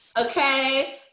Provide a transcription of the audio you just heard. Okay